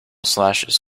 slashes